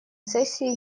сессии